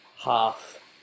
half